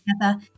together